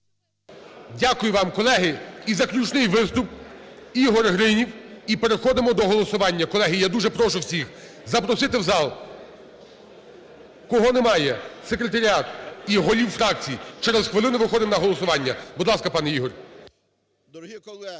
Дякую вам. Колеги, і заключний виступ Ігор Гринів. І переходимо до голосування. Колеги, я дуже прошу всіх, запросити у зал, кого немає, секретаріат, і голів фракцій. Через хвилину виходимо на голосування. Будь ласка, пане Ігорю. 11:04:01